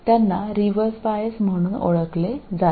यांना reverse bias म्हणून ओळखले जाते